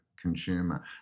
consumer